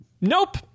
Nope